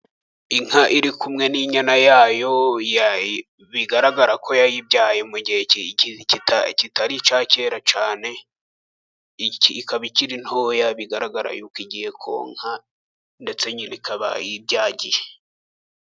Inka iri kumwe n'inyana yayo, bigaragara ko yayibyaye mu gihe kitari icya kera cyane, ikaba ikiri ntoya bigaragara yuko igiye konka, ndetse nyina ikaba ibyagiye.